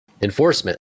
enforcement